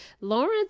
Lawrence